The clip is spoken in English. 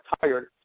tired